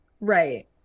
right